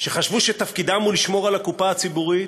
שחשבו שתפקידם הוא לשמור על הקופה הציבורית,